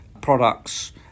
products